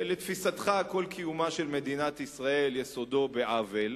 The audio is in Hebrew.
לתפיסתך, כל קיומה של מדינת ישראל, יסודו בעוול,